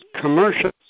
commercial